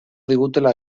digutela